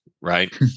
Right